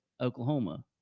Oklahoma